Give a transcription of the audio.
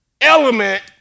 element